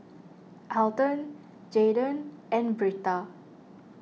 Elton Jaydan and Britta